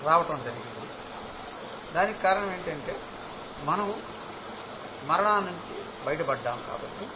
రావటం జరిగింది దానికి కారణం ఏంటంటే మనం మరణాన్ని నుంచి బయటపడినాం కాబట్టి